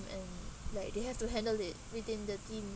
and like they have to handle it within the team